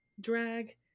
drag